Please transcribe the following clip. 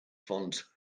font